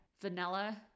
vanilla